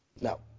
No